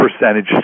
percentage